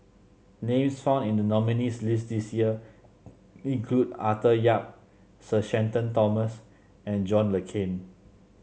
names found in the nominees' list this year include Arthur Yap Sir Shenton Thomas and John Le Cain